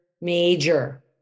major